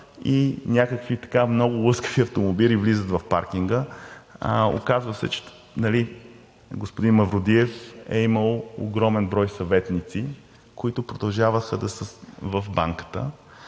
и някакви много лъскави автомобили влизат в паркинга. Оказва се, че господин Мавродиев е имал огромен брой съветници, които продължаваха да са в Банката.